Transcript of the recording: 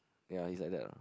ya he's like that ah